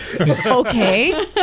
okay